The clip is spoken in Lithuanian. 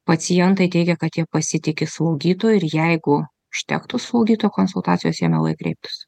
pacientai teigia kad jie pasitiki slaugytoju ir jeigu užtektų slaugytojo konsultacijos jie mielai kreiptųsi